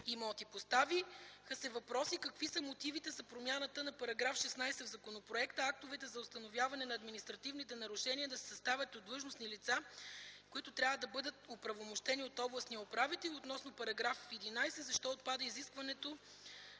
имоти. Поставиха се въпросите какви са мотивите за промяната в § 16 в законопроекта – актовете за установяване на административните нарушения да се съставят от длъжностни лица, които трябва да бъдат оправомощени от областния управител, и относно § 11 – защо отпада изискването